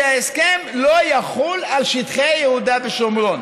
שההסכם לא יחול על שטחי יהודה ושומרון.